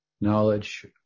Knowledge